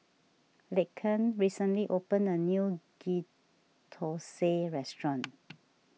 Laken recently opened a new Ghee Thosai restaurant